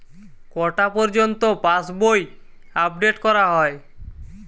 কটা পযর্ন্ত পাশবই আপ ডেট করা হয়?